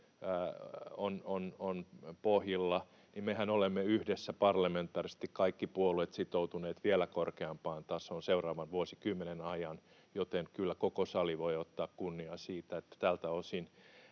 on pohjilla, niin mehän olemme yhdessä parlamentaarisesti kaikki puolueet sitoutuneet vielä korkeampaan tasoon seuraavan vuosikymmenen ajan, joten kyllä koko sali voi ottaa kunniaa siitä, että tältä osin